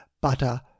butter